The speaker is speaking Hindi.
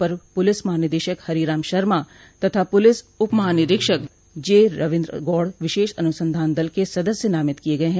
अपर पुलिस महानिदेशक हरिराम शर्मा तथा पुलिस उप महानिरीक्षक जेरविन्द्र गौड़ विशेष अनुसंधान दल के सदस्य नामित किये गये हैं